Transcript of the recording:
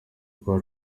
rwa